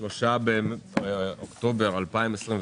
3 באוקטובר 2022